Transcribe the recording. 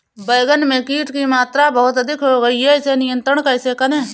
बैगन में कीट की मात्रा बहुत अधिक हो गई है इसे नियंत्रण कैसे करें?